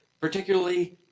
particularly